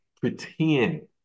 pretend